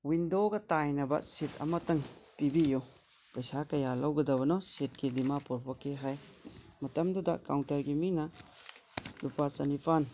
ꯋꯤꯟꯗꯣꯒ ꯇꯥꯏꯅꯕ ꯁꯤꯠ ꯑꯃꯇꯪ ꯄꯤꯕꯤꯌꯨ ꯄꯩꯁꯥ ꯀꯌꯥ ꯂꯧꯒꯗꯕꯅꯣ ꯁꯤꯠꯀꯤ ꯗꯤꯃꯥꯄꯨꯔ ꯐꯥꯎꯒꯤ ꯍꯥꯏ ꯃꯇꯝꯗꯨꯗ ꯀꯥꯎꯟꯇꯔꯒꯤ ꯃꯤꯅ ꯂꯨꯄꯥ ꯆꯥꯅꯤꯄꯥꯜ